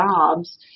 jobs